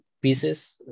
pieces